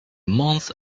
month